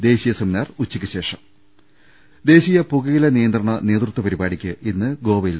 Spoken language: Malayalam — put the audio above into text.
ദേശീയ സെമിനാർ ഉച്ചയ്ക്കുശേഷം ദേശീയ പുകയില നിയന്ത്രണ നേതൃത്വ പരിപാടിക്ക് ഇന്ന് ഗോവയിൽ